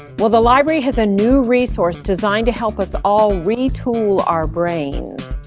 well the library has a new resource designed to help us all re-tool our brains.